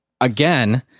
again